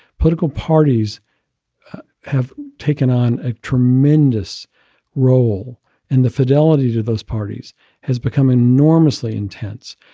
political parties have taken on a tremendous role in the fidelity to those parties has become enormously intense.